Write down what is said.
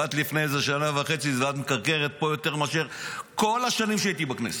באת לפני איזה שנה וחצי ואת מקרקרת פה יותר מאשר כל השנים שהייתי בכנסת.